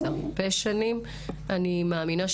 חה"כ פנינה תמנו-שטה,